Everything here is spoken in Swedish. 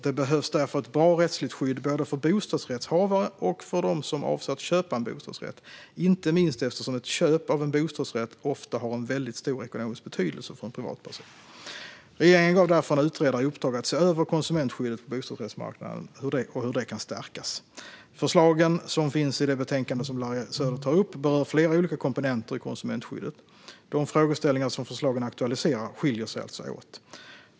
Det behövs därför ett bra rättsligt skydd både för bostadsrättshavare och för dem som avser att köpa en bostadsrätt, inte minst eftersom ett köp av en bostadsrätt ofta har en väldigt stor ekonomisk betydelse för en privatperson. Regeringen gav därför en utredare i uppdrag att se över hur konsumentskyddet på bostadsrättsmarknaden kan stärkas. Förslagen, som finns i det betänkande som Larry Söder tar upp, berör flera olika komponenter i konsumentskyddet. De frågeställningar som förslagen aktualiserar skiljer sig alltså åt.